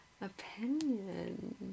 opinion